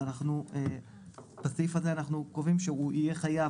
אז בסעיף הזה אנחנו קובעים שהוא יהיה חייב